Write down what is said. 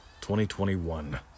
2021